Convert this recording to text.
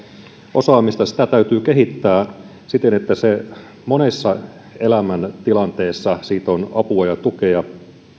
osaamista täytyy kehittää siten että siitä on monessa elämäntilanteessa apua ja tukea